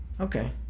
Okay